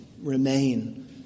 remain